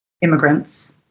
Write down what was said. immigrants